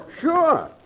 Sure